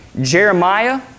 Jeremiah